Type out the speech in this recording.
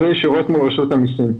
זה ישירות מרשות המסים.